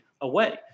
away